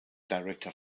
director